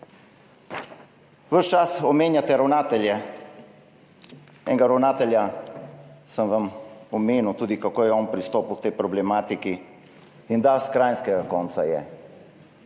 Ves čas omenjate ravnatelje, enega ravnatelja sem vam omenil, tudi kako je on pristopil k tej problematiki – in da, s kranjskega konca je